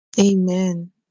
Amen